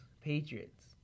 Patriots